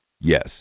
Yes